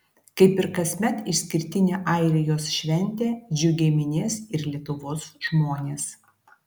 kaip ir kasmet išskirtinę airijos šventę džiugiai minės ir lietuvos žmonės